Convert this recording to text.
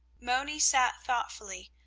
moni sat thoughtfully,